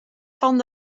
van